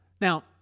now